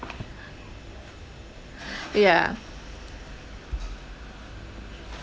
yeah